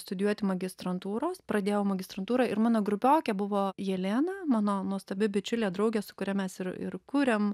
studijuoti magistrantūros pradėjau magistrantūrą ir mano grupiokė buvo jelena mano nuostabi bičiulė draugė su kuria mes ir ir kuriam